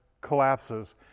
collapses